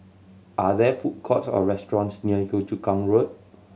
are there food courts or restaurants near Yio Chu Kang Road